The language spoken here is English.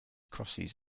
crosses